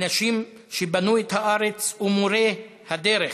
אנשים שבנו את הארץ ומורי הדרך.